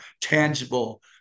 tangible